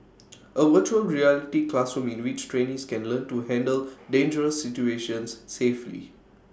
A Virtual Reality classroom in which trainees can learn to handle dangerous situations safely